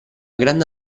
grande